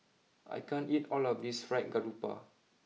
I can't eat all of this Fried Garoupa